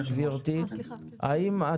ונראה איפה אנחנו נפגשים באמצע, ואם לא